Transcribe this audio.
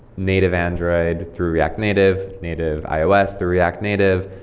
native android through react native, native ios through react native,